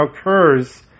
occurs